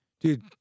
dude